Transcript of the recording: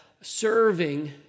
serving